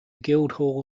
guildhall